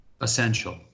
essential